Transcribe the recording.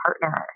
partner